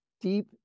deep